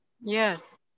yes